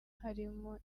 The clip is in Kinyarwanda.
harimo